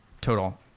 total